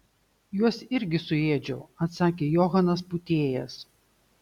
juos irgi suėdžiau atsakė johanas pūtėjas